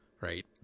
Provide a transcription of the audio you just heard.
right